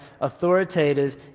authoritative